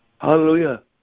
Hallelujah